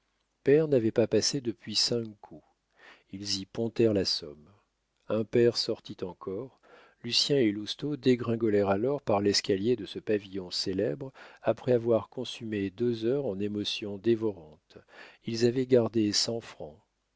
pair n'avait pas passé depuis cinq coups ils y pontèrent la somme impair sortit encore lucien et lousteau dégringolèrent alors par l'escalier de ce pavillon célèbre après avoir consumé deux heures en émotions dévorantes ils avaient gardé cent francs